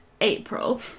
April